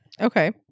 okay